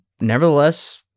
nevertheless